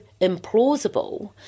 implausible